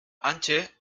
hantxe